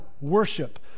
worship